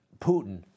Putin